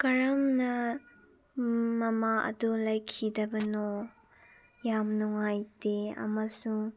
ꯀꯔꯝꯅ ꯃꯃꯥ ꯑꯗꯣ ꯂꯩꯈꯤꯗꯕꯅꯣ ꯌꯥꯝ ꯅꯨꯡꯉꯥꯏꯇꯦ ꯑꯃꯁꯨꯡ